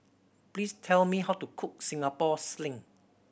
please tell me how to cook Singapore Sling